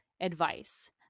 advice